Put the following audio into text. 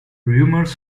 rumors